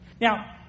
Now